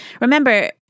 Remember